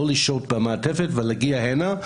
לא לשהות במעטפת ולהגיע הנה,